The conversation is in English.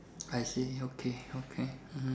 I see okay okay hmm